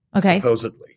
supposedly